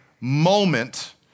moment